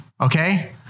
okay